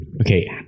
okay